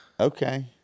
Okay